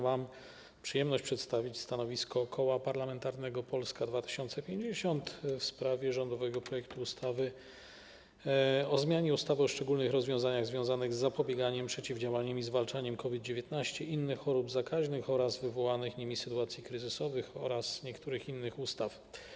Mam przyjemność przedstawić stanowisko Koła Parlamentarnego Polska 2050 w sprawie rządowego projektu ustawy o zmianie ustawy o szczególnych rozwiązaniach związanych z zapobieganiem, przeciwdziałaniem i zwalczaniem COVID-19, innych chorób zakaźnych oraz wywołanych nimi sytuacji kryzysowych oraz niektórych innych ustaw.